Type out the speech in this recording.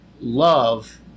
love